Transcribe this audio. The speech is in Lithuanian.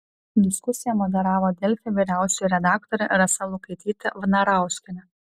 diskusiją moderavo delfi vyriausioji redaktorė rasa lukaitytė vnarauskienė